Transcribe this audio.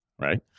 right